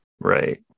Right